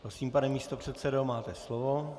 Prosím, pane místopředsedo, máte slovo.